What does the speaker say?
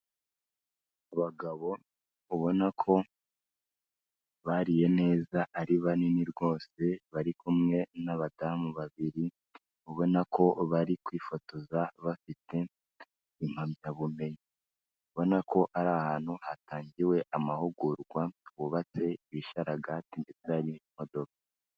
Abagabo ubona ko bariye neza ari banini rwose, bari kumwe nabadamu babiri, ubona ko bari kwifotoza bafite impamyabumenyi. Ubona ko ari ahantu hatangiwe amahugurwa, bubatse ibishararagati ndetse hari n'imodoka.